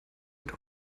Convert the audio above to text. mit